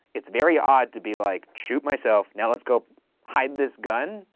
it's very odd to be like, shoot myself, now let's go hide this gun?